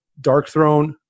Darkthrone